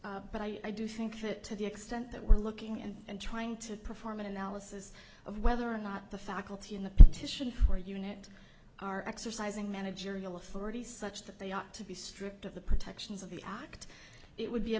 level but i do think that to the extent that we're looking at and trying to perform an analysis of whether or not the faculty in the titian or unit are exercising managerial authority such that they ought to be stripped of the protections of the act it would be a